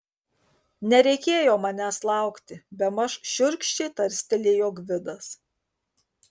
nereikėjo manęs laukti bemaž šiurkščiai tarstelėjo gvidas